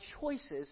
choices